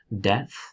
death